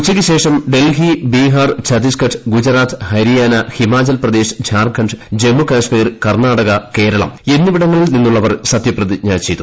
ഉച്ചയ്ക്ക് ശേഷം ഡൽഹി ബീഹാർ ഛത്തീസ്ഘട്ട് ഗുജറാത്ത് ഹരിയാന ഹിമാചൽ പ്രദേശ് ജാർഖണ്ഡ് ജമ്മുകാശ്മീർ കർണ്ണാടക കേരളം എന്നിവിടങ്ങളിൽ നിന്നുളളവർ സത്യപ്രതിജ്ഞ ചെയ്തു